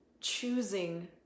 choosing